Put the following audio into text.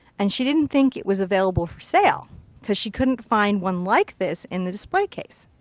and she didn't think it was available for sale. because she couldn't find one like this in the display case.